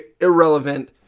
irrelevant